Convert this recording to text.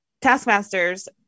taskmasters